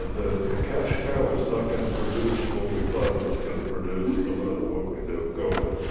ah the the cash cow is not gonna produce what we thought it was gonna produce, no matter what we do, go ahead.